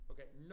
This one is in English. Okay